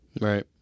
Right